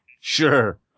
sure